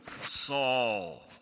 Saul